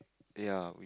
ya with